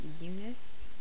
Eunice